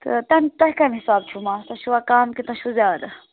تہٕ تیٚمۍ تۄہہِ کمہِ حساب چھُو مَس تۄہہِ چھُوا کَم کہِ تۄہہِ چھُ زیادٕ